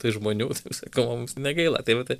tai žmonių taip sakau mums negaila tai vat